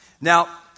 Now